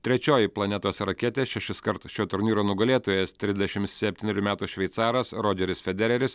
trečioji planetos raketė šešiskart šio turnyro nugalėtojas trisdešim septynerių metų šveicaras rodžeris federeris